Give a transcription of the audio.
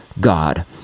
God